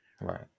Right